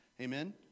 Amen